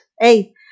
Hey